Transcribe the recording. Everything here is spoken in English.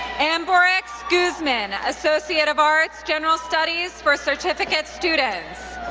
ambiorix guzman, associate of arts, general studies for certificate students.